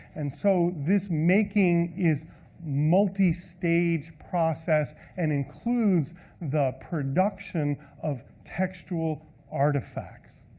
and so this making is multi-stage process, and includes the production of textual artifacts.